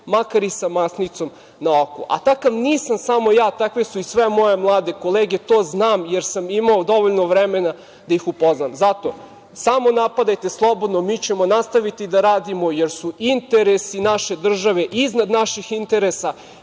makar i sa masnicom na oku, a takav nisam samo ja, takve su i sve moje mlade kolege. To znam jer sam imao dovoljno vremena da ih upoznam. Zato samo napadajte slobodno, mi ćemo nastaviti da radimo jer su interesi naše države iznad naših interesa